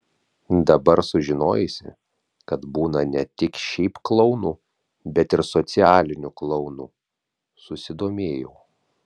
dabar sužinojusi kad būna ne tik šiaip klounų bet ir socialinių klounų susidomėjau